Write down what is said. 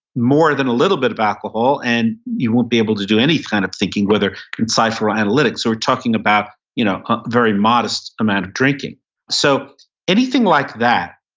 more than a little bit of alcohol and you won't be able to do any kind of thinking whether insight or analytics. we're talking about you know a very modest amount of drinking so anything like that,